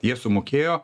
jie sumokėjo